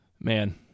man